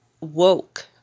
woke